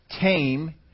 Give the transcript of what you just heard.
tame